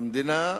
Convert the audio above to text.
המדינה,